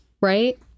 right